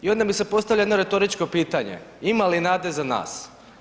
I onda mi se postavlja jedno retoričko pitanje, ima li nade za nas?